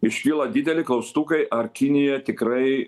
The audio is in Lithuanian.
iškyla dideli klaustukai ar kinija tikrai